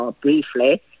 briefly